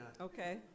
Okay